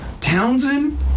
Townsend